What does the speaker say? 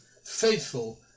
faithful